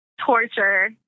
torture